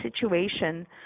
situation